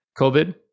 COVID